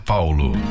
Paulo